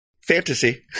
Fantasy